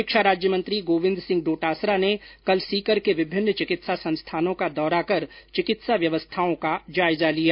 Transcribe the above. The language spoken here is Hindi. शिक्षा राज्यमंत्री गोविन्द सिंह डोटासरा ने कल सीकर के विभिन्न चिकित्सा संस्थानों का दौरा कर चिकित्सा व्यवस्थाओं का जायजा लिया